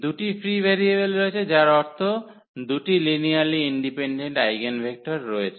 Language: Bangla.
দুটি ফ্রি ভেরিয়েবল রয়েছে যার অর্থ 2 টি লিনিয়ারলি ইন্ডিপেন্ডেন্ট আইগেনভেক্টর রয়েছে